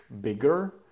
bigger